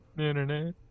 internet